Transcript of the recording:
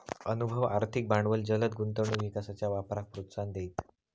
अनुभव, आर्थिक भांडवल जलद गुंतवणूक विकासाच्या वापराक प्रोत्साहन देईत